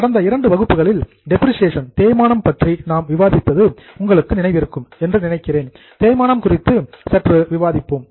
கடந்த இரண்டு வகுப்புகளில் டெப்ரிசியேசன் தேய்மானம் பற்றி நாம் விவாதித்தது உங்களுக்கு நினைவிருக்கும் என்று நினைக்கிறேன் தேய்மானம் குறித்து சற்று விவாதிப்போம்